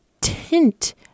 tint